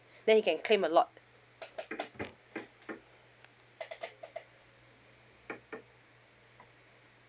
then he can claim a lot